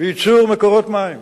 וייצור מקורות מים